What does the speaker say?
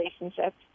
relationships